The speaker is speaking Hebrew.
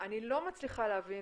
אני לא מצליחה להבין,